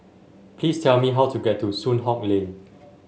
please tell me how to get to Soon Hock Lane